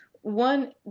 one